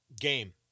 game